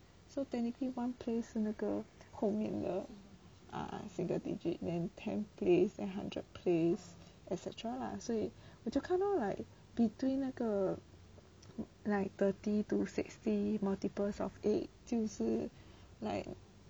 so technically one place 是那个后面的 ah single digit then ten place then hundred place et cetera lah 所以我就看 lor like between 那个 like thirty to sixty multiples of eight 就是 like